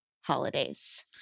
holidays